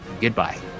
goodbye